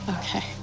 okay